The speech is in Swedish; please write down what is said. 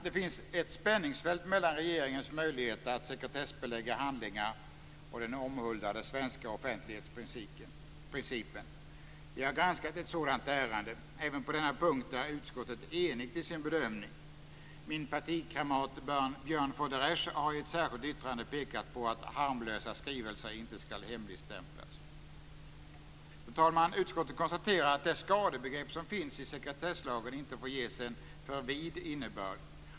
Det finns ett spänningsfält mellan regeringens möjligheter att sekretessbelägga handlingar och den omhuldade svenska offentlighetsprincipen. Vi har granskat ett sådant ärende. Även på denna punkt är utskottet enigt i sin bedömning. Min partikamrat Björn von der Esch har i ett särskilt yttrande pekat på att harmlösa skrivelser inte skall hemligstämplas. Fru talman! Utskottet konstaterar att det skadebegrepp som finns i sekretesslagen inte får ges en för vid innebörd.